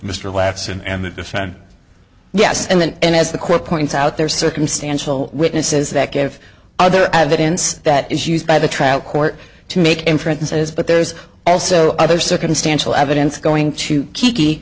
laughs and the defense yes and as the court points out there's circumstantial witnesses that give other evidence that is used by the trial court to make inferences but there's also other circumstantial evidence going to k